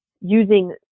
using